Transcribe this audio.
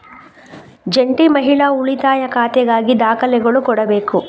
ಜಂಟಿ ಮಹಿಳಾ ಉಳಿತಾಯ ಖಾತೆಗಾಗಿ ದಾಖಲೆಗಳು ಕೊಡಬೇಕು